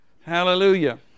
Hallelujah